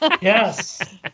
Yes